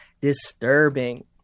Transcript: disturbing